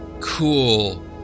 cool